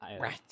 Right